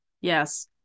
yes